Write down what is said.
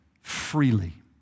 freely